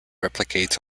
replicates